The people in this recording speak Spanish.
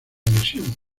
lesión